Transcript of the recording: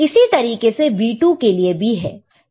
इसी तरीके से V2 के लिए भी है